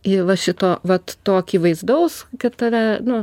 jau va šito vat to akivaizdaus kad tave nu